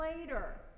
later